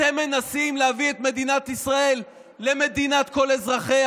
אתם מנסים להביא את מדינת ישראל למדינת כל אזרחיה.